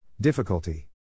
Difficulty